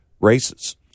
races